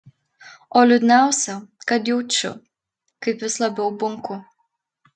o liūdniausia kad jaučiu kaip vis labiau bunku